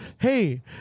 hey